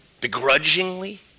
begrudgingly